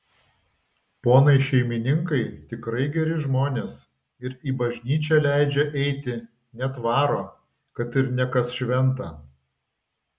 ponai šeimininkai tikrai geri žmonės ir į bažnyčią leidžia eiti net varo kad ir ne kas šventą